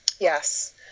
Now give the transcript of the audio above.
Yes